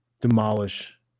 demolish